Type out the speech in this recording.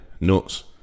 nuts